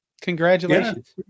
Congratulations